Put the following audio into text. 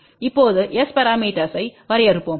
இப்போது S பரமீட்டர்ஸ்வை வரையறுப்போம்